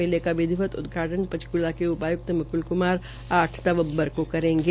मेले का विधिवत उदघाटन पंचकूला के उपायुक्त मुकुल कुमार आठ नवंबर क करेंगे